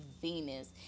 Venus